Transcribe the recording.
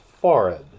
forehead